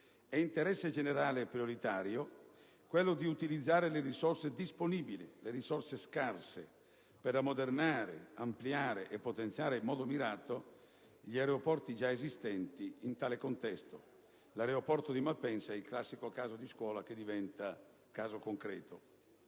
È interesse generale e prioritario utilizzare le scarse risorse disponibili per ammodernare, ampliare e potenziare, in modo mirato, gli aeroporti già esistenti. In un tale contesto, l'aeroporto di Malpensa è il classico caso di scuola che diventa caso concreto.